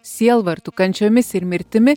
sielvartu kančiomis ir mirtimi